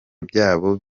byabo